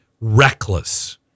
reckless